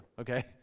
okay